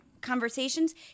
conversations